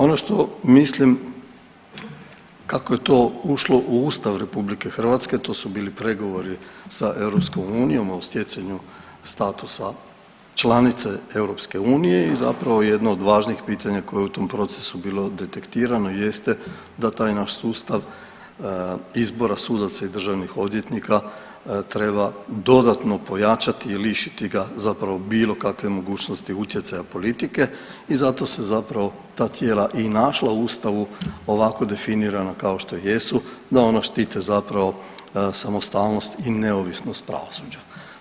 Ono što mislim kako je to ušlo u Ustav Republike Hrvatske to su bili pregovori sa EU o stjecanju statusa članice EU i zapravo jedan od važnijih pitanja koje je u tom procesu bilo detektirano jeste da taj naš sustav izbora sudaca i državnih odvjetnika treba dodatno pojačati i lišiti ga zapravo bilo kakve mogućnosti utjecaja politike i zato se zapravo ta tijela i našla u Ustavu ovako definirana kao što jesu da ona štite zapravo samostalnost i neovisnost pravosuđa.